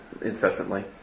incessantly